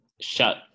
Shut